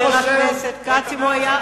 חבר הכנסת כץ.